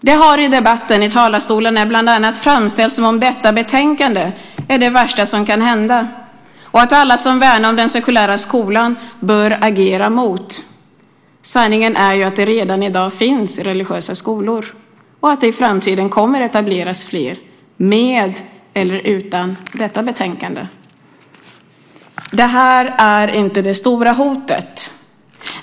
Det har i debatten i talarstolen bland annat framställts som om detta betänkande är det värsta som kan hända och att alla som värnar den sekulära skolan bör agera mot det. Sanningen är att det redan i dag finns religiösa skolor och att det i framtiden kommer att etableras fler - med eller utan detta betänkande. Det här är inte det stora hotet.